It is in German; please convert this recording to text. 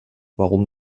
warum